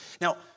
Now